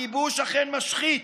הכיבוש אכן משחית,